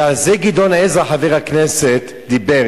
ועל זה חבר הכנסת גדעון עזרא דיבר,